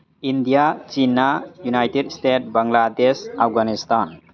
India China United State Bangladesh Afghanistan